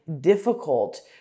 difficult